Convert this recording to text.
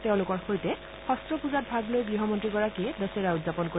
তেওঁলোকৰ সৈতে শব্ত পূজাত ভাগ লৈ গৃহ মন্ত্ৰীগৰাকীয়ে দছেৰা উদযাপন কৰিব